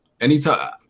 anytime